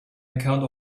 account